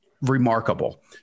remarkable